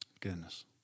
Goodness